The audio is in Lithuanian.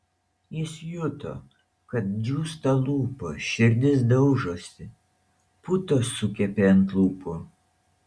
jis juto kad džiūsta lūpos širdis daužosi putos sukepė ant lūpų